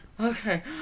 okay